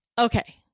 Okay